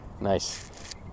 Nice